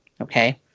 Okay